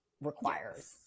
requires